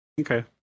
okay